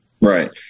Right